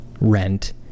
rent